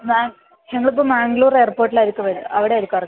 മാം ഞങ്ങൾ ഇപ്പോൾ മംഗ്ലൂർ എയർപോർട്ടിൽ ആയിരിക്കും വരിക അവിടെ ആയിരിക്കും ഇറങ്ങുക